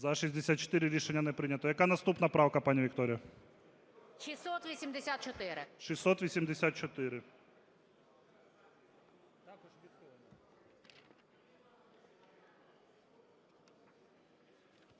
За-64 Рішення не прийнято. Яка наступна правка, пані Вікторія?